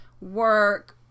work